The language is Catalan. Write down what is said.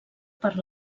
per